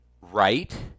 Right